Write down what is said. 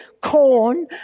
corn